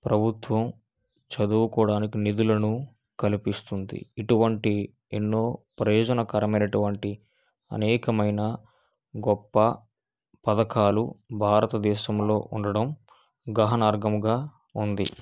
ప్రభుత్వం చదువుకోవడానికి నిధులను కల్పిస్తుంది ఇటువంటి ఎన్నో ప్రయోజనకరం అయినటువంటి అనేకమైన గొప్ప పథకాలు భారతదేశంలో ఉండడం గహనార్గముగా ఉంది